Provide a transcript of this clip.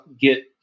get